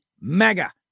mega